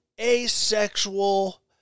asexual